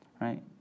right